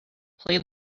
play